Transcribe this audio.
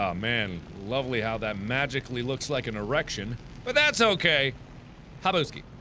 um man lovely how that magically looks like an erection but that's okay haboshky